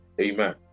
Amen